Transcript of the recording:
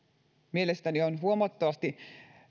mielestäni on huomattavasti